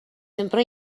sempre